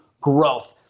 growth